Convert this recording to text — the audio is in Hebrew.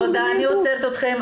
אני עוצרת אתכם.